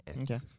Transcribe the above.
Okay